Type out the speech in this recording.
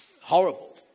horrible